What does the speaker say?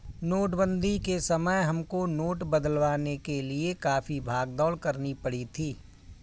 नोटबंदी के समय हमको नोट बदलवाने के लिए काफी भाग दौड़ करनी पड़ी थी